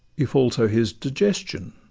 if also his digestion?